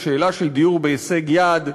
השאלה של דיור בהישג יד,